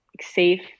safe